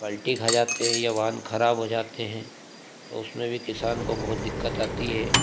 पलटी खा जाते हैं या वाहन खराब हो जाते हैं तो उसमें भी किसान को बहुत दिक्कत आती है